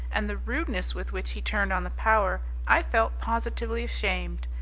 and the rudeness with which he turned on the power i felt positively ashamed.